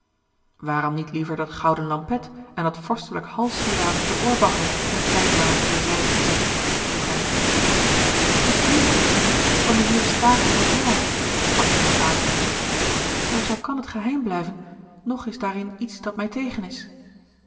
waarom niet liever dat gouden lampet en dat vorstelijke halssieraad met de oorbaggen een tijdlang als ter zijde gezet vroeg hij het hijliksgeschenk van de heeren staten van holland sprak zij met aarzeling zelfs al kan het geheim blijven nog is daarin iets dat mij tegen is